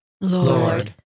Lord